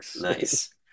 Nice